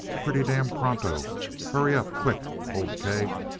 pretty damned pronto hurry up quick old keg.